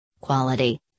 Quality